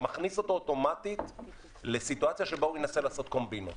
אתה אוטומטי מכניס אותו לסיטואציה בה הוא ינסה לעשות קומבינות.